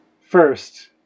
first